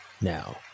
Now